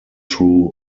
true